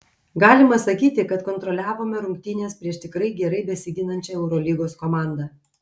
galima sakyti kad kontroliavome rungtynes prieš tikrai gerai besiginančią eurolygos komandą